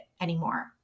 anymore